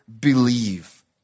believe